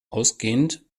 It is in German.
ausgehend